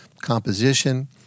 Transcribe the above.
composition